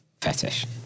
fetish